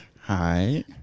Hi